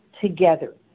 together